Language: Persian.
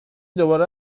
دوباره